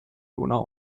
donau